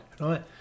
right